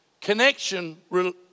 connection